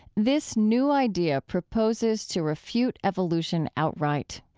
this new idea proposes to refute evolution outright.